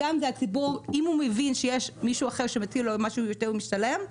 אם הציבור מבין שיש מישהו אחר שמציע לו משהו יותר משתלם,